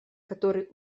которые